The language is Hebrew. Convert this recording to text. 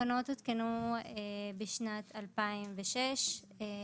התקנות הותקנו בשנת 2006,